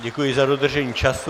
Děkuji za dodržení času.